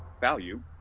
value